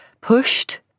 pushed